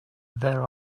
there